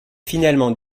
finalement